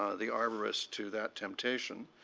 ah the arborist to that temptation.